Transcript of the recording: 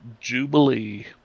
Jubilee